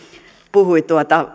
puhui